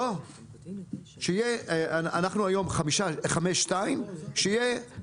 לא, אנחנו היום חמש-שתיים, שיהיה